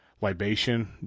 libation